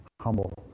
humble